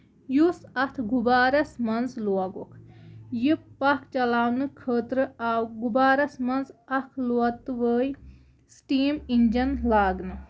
یُس اَتھ غُبارَس منٛز لوگُکھ یہِ پَکھ چلاونہٕ خٲطر آو غُبارَس منٛز اکھ لوتوٲے سِٹیٖم اِنجن لاگنہٕ